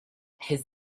his